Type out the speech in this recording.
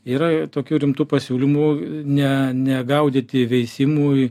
yra tokių rimtų pasiūlymų ne negaudyti veisimui